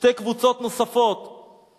שתי קבוצות נוספות,